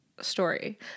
story